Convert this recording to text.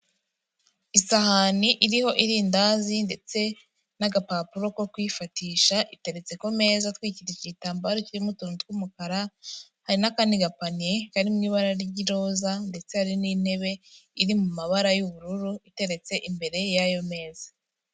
Isahani iriho irindazi ndetse n'agapapuro ko kuyifatisha iteretse ku meza atwikiriye igitambaro kirimo utuntu tw'umukara, hari n'akandi gapaniye kari mu ibara ry'iroza ndetse hari n'intebe iri mu mabara y'ubururu iteretse imbere y'ayo meza.